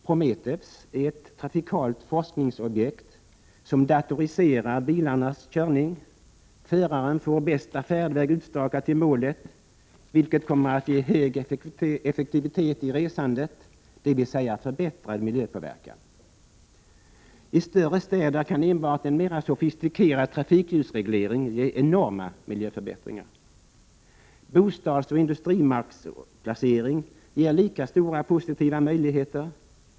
Prometeus är ett trafikforskningsobjekt som datoriserar bilarnas körning: föraren får bästa färdväg utstakad till målet, vilket kommer att ge hög effektivitet i resandet, dvs. förbättrad miljöpåverkan. I större städer kan enbart en mera sofistikerad trafikljusreglering ge enorma miljöförbättringar. Bostadsoch industriområdesplanering ger lika stora positiva möjligheter.